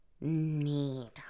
need